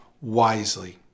wisely